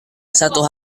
satu